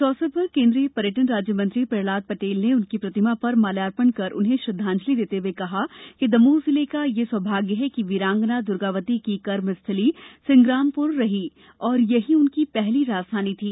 इस अवसर पर केन्द्रीय पर्यटन राज्य मंत्री प्रहलाद पटेल ने उनकी प्रतिमा पर माल्यार्पण कर उन्हें श्रद्वांजली देते हुए कहा कि दमोह जिले का यह सौभाग्य है कि वीरांगना दुर्गावती की कर्मस्थली सिंग्रामपुर रही और यही उनकी पहली राजधानी थी